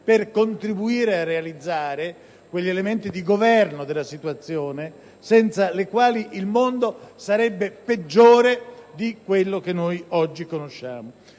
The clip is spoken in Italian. per contribuire a realizzare quegli elementi di governo della situazione senza i quali il mondo sarebbe peggiore di quello che oggi conosciamo.